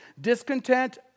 Discontent